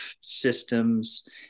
systems